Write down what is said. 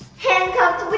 handcuffed.